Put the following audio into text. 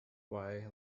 why